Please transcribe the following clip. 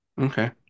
Okay